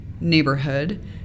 neighborhood